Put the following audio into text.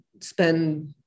spend